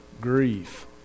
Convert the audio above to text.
grief